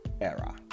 era